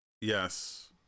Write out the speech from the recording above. Yes